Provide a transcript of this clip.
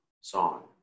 Song